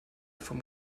vom